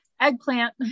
Eggplant